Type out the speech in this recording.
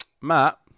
Matt